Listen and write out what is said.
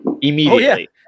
immediately